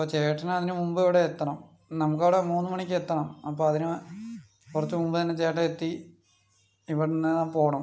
അപ്പോൾ ചേട്ടൻ അതിനുമുമ്പ് ഇവിടെ എത്തണം നമുക്ക് അവിടെ മൂന്ന് മണിക്ക് എത്തണം അപ്പോൾ അതിന് കുറച്ചു മുമ്പ് തന്നെ ചേട്ടൻ എത്തി ഇവിടുന്ന് പോകണം